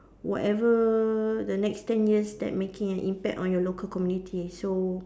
whatever the next ten years that making an impact on your local community so